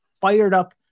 fired-up